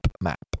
Map